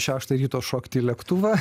šeštą ryto šokti į lėktuvą